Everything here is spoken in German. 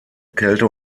kälte